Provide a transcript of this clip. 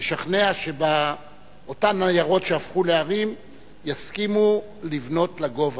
צריכה לשכנע שאותן עיירות שהפכו לערים יסכימו לבנות לגובה.